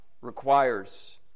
requires